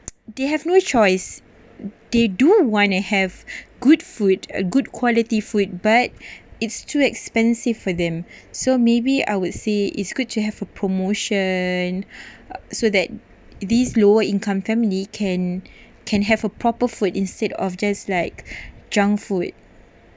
they have no choice they do want to have good food a good quality food but it's too expensive for them so maybe I would say it's good to have a promotion so that these lower income family can can have a proper food instead of just like junk food